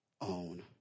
own